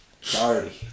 Sorry